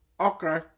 Okay